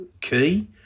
key